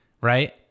right